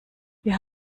wir